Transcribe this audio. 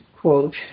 quote